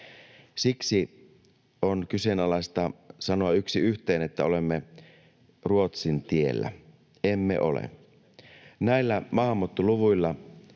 Siksi on kyseenalaista sanoa yksi yhteen, että olemme Ruotsin tiellä. Emme ole.